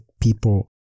people